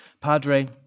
Padre